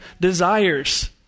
desires